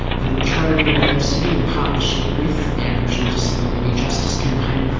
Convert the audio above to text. the la trobe university, in partnership with the aboriginal disability justice campaign,